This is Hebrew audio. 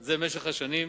זה במשך השנים.